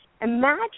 Imagine